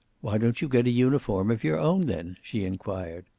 why don't you get a uniform of your own, then? she inquired.